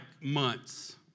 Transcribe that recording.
months